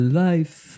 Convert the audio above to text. life